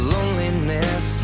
Loneliness